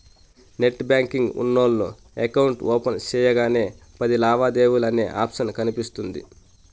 net banking ఉన్నోల్లు account open సెయ్యగానే పది లావాదేవీలు అనే ఆప్షన్ కనిపిస్తుంది